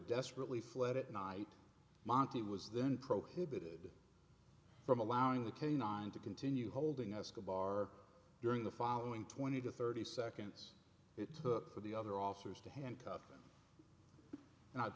desperately fled at night monti was then prohibited from allowing the canine to continue holding us kabar during the following twenty to thirty seconds it took for the other officers to handcuff him